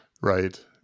Right